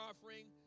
offering